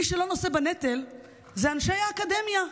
מי שלא נושא בנטל זה אנשי האקדמיה,